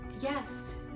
Yes